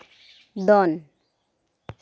ᱫᱚᱱ